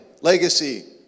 legacy